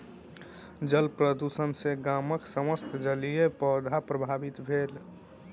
जल प्रदुषण सॅ गामक समस्त जलीय पौधा प्रभावित भेल